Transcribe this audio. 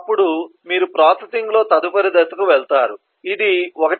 అప్పుడు మీరు ప్రాసెసింగ్లో తదుపరి దశకు వెళతారు ఇది 1